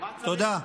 תודה.